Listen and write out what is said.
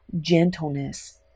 gentleness